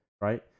right